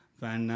fan